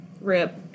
RIP